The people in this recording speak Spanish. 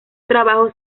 trabajos